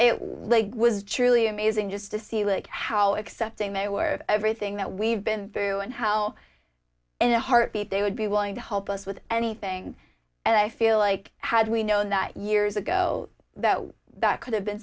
it was truly amazing just to see like how accepting they were of everything that we've been through and how in a heartbeat they would be willing to help us with anything and i feel like had we known that years ago that that could have been